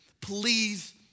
Please